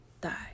die